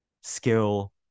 skill